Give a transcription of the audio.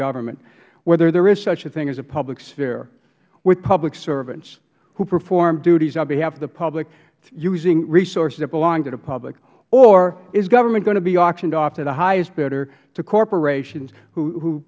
government whether there is such a thing as a public sphere with public servants who perform duties on behalf of the public using resources that belong to the public or is government going to be auctioned off to the highest bidder to corporations who